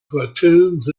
platoons